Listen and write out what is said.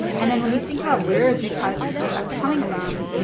and then when you think about where are these productivity effects coming from,